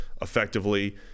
effectively